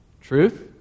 Truth